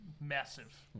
massive